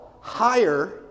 higher